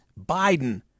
Biden